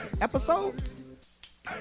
episodes